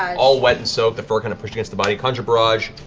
all wet and soaked, the fur kind of pushed against the body. conjure barrage.